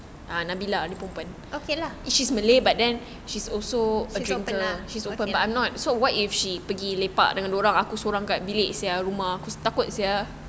okay lah she's open lah